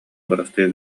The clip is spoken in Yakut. бырастыы